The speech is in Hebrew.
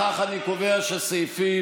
כל קליפה שהוסרה בהיסטוריה האנושית,